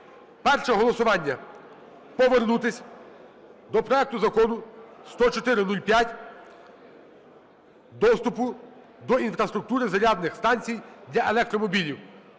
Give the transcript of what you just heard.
перше голосування – повернутися до проекту Закону 10405 – доступу до інфраструктури зарядних станцій для електромобілів.